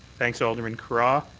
thanks, alderman carra.